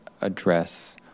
address